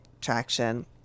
traction